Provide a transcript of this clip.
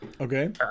Okay